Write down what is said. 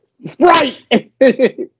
sprite